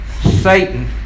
Satan